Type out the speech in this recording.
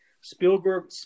Spielberg